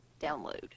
download